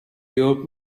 york